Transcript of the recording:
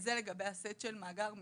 זה לגבי הסט של מאגר המידע.